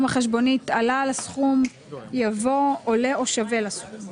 החשבונית עלה על הסכום יבוא או שווה לסכום".